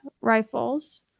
rifles